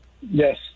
Yes